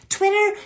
Twitter